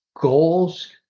goals